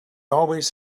always